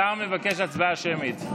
השר מבקש הצבעה שמית.